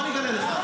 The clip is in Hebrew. בוא אני אגלה לך,